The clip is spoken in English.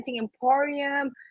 Emporium